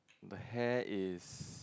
the hair is